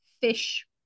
fish